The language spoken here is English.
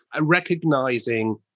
recognizing